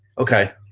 okay.